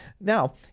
now